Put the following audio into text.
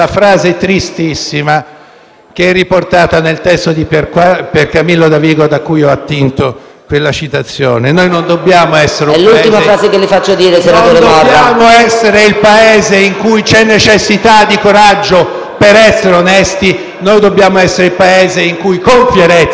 che è riportata nel testo di Piercamillo Davigo da cui ho attinto: noi non dobbiamo essere il Paese in cui c'è necessità di coraggio per essere onesti; noi dobbiamo essere il Paese in cui, con fierezza, si deve essere onesti!